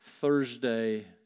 Thursday